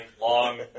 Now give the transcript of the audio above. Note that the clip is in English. Long